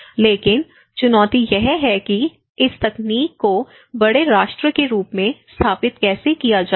लेकिन चुनौती यह है कि इस तकनीक को बड़े राष्ट्र के रूप में स्थापित कैसे किया जाए